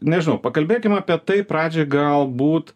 nežinau pakalbėkim apie tai pradžioj galbūt